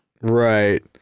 right